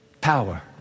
Power